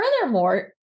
Furthermore